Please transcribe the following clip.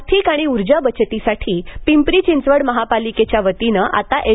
आर्थिक आणि ऊर्जा बचतीसाठी पिंपरी चिंचवड महापालिकेच्यावतीनं आता एल